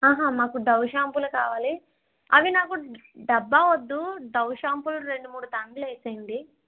మాకు డౌ షాంపులు కావాలి అవి నాకు డబ్బా వద్దు డౌ షాంపులు రెండు మూడు దాంట్లో వేసేయండి